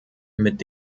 mit